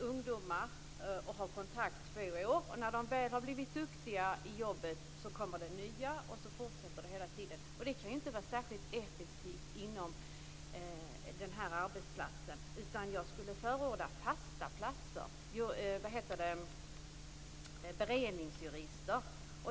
ungdomar och ha kontakt med dem i två år. När de blivit duktiga i jobbet kommer det nya ungdomar. Så fortsätter det hela tiden. Det kan inte vara särskilt effektivt inom den aktuella arbetsplatsen. Jag skulle vilja förorda fasta platser, beredningsjurister.